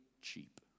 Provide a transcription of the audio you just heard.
cheap